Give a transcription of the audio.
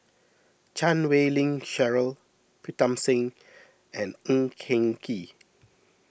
Chan Wei Ling Cheryl Pritam Singh and Ng Eng Kee